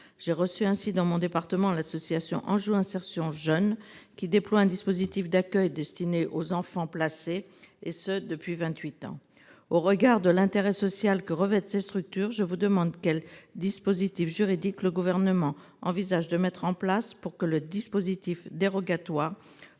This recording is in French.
J'ai reçu ainsi dans mon département l'association Anjou Insertion Jeunes, qui déploie un dispositif d'accueil destiné aux enfants placés, et ce depuis vingt-huit ans. Au regard de l'intérêt social que revêtent ces structures, je souhaite savoir quel dispositif juridique le Gouvernement envisage de mettre en place pour que le dispositif dérogatoire